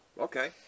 okay